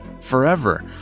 forever